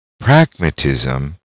Pragmatism